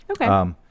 Okay